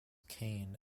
cane